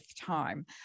time